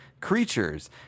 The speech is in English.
creatures